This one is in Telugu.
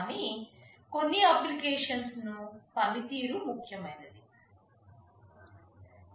కానీ కొన్ని అప్లికేషన్స్ కు పనితీరు ముఖ్యమైనది